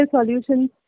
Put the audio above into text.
solutions